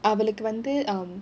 அவளுக்கு வந்து:avalukku vanthu um